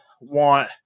want